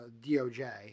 DOJ